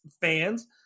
fans